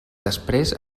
després